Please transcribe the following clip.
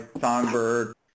Songbird